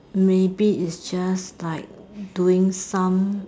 maybe it's just like doing some